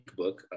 book